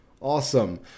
Awesome